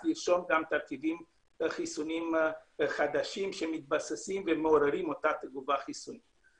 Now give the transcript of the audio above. לרשום גם תרכיבים חיסוניים חדשים שמתבססים ומעוררים אותה תגובה חיסונית.